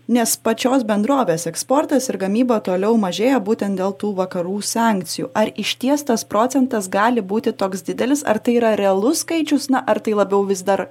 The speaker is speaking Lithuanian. nes pačios bendrovės eksportas ir gamyba toliau mažėja būtent dėl tų vakarų sankcijų ar išties tas procentas gali būti toks didelis ar tai yra realus skaičius na ar tai labiau vis dar